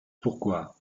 pourquoi